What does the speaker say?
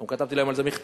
גם כתבתי להם על זה מכתב,